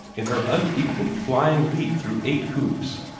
in her unequalled flying leap through eight hoops,